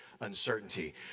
uncertainty